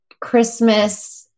Christmas